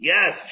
Yes